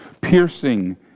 piercing